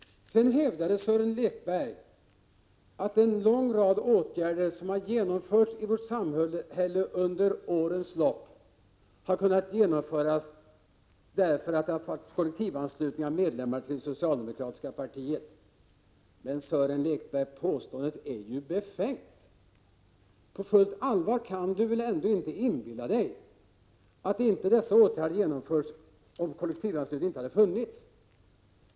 Sedan hävdade Sören Lekberg att det under årens lopp har varit möjligt att vidta en lång rad åtgärder i vårt samhälle just därför att det har förekommit en kollektiv anslutning av medlemmar till det socialdemokratiska partiet. Men, Sören Lekberg, det är ett befängt påstående. Sören Lekberg inbillar sig väl ändå inte att dessa åtgärder inte hade vidtagits om kollektivanslutningen inte hade funnits.